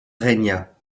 régna